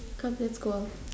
come let's go out